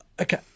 Okay